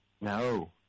no